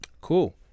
Cool